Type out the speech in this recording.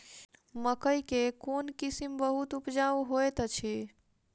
मकई केँ कोण किसिम बहुत उपजाउ होए तऽ अछि?